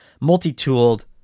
Multi-tooled